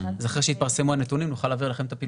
אז אחרי שיתפרסמו הנתונים נוכל להעביר לכם את הפילוח.